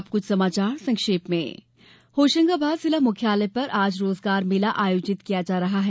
अब कुछ समाचार संक्षेप में होशंगाबाद जिला मुख्यालय पर आज रोजगार मेला आयोजित किया जा रहा है